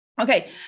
Okay